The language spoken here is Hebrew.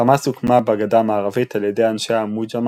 חמאס הוקמה בגדה המערבית על ידי אנשי המוג'מע